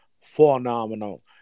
phenomenal